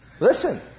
Listen